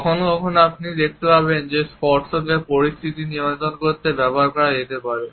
কখনও কখনও আপনি দেখতে পাবেন যে স্পর্শকে পরিস্থিতি নিয়ন্ত্রণ করতে ব্যবহার করা যেতে পারে